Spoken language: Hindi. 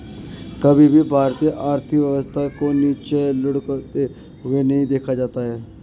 कभी भी भारतीय आर्थिक व्यवस्था को नीचे लुढ़कते हुए नहीं देखा जाता है